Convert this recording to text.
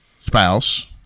spouse